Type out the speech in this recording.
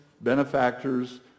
benefactors